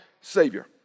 Savior